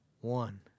One